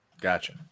Gotcha